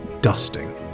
dusting